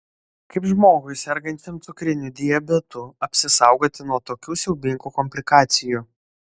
kaip žmogui sergančiam cukriniu diabetu apsisaugoti nuo tokių siaubingų komplikacijų